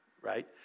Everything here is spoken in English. right